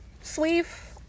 sleeve